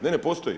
Ne, ne postoji.